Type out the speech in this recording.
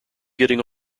getting